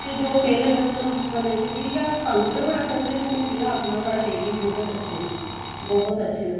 कि जो मेरे बच्चे न ओह् तुस बनी नी क्योंकि अस तंग गै बड़ा करदे हे उ'नें कि'यां आखना साढ़े लेई कि बहुत अच्छे न बहुत अच्छे न